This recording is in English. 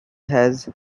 has